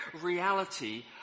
reality